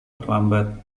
terlambat